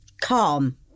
calm